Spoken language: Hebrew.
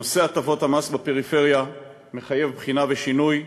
נושא הטבות המס בפריפריה מחייב בחינה ושינוי.